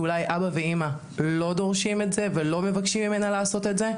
שאולי אבא ואימא לא דורשים את זה ולא מבקשים מהם לעשות את זה,